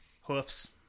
hoofs